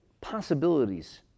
possibilities